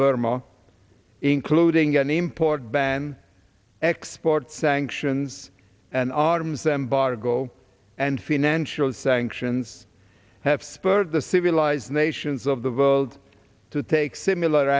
burma including an import ban export sanctions an arms embargo and financial sanctions have spurred the civilized nations of the world to take similar